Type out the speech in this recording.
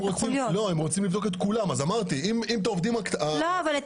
הם רוצים לבדוק את כולם אז אמרתי --- אבל את